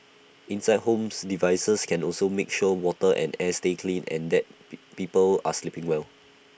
inside homes devices can also make sure water and air stay clean and that be people are sleeping well